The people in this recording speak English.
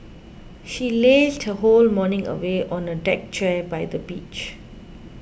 she lazed her whole morning away on a deck chair by the beach